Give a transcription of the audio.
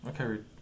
Okay